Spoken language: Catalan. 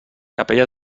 capella